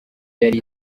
yari